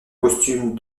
costume